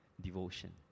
devotion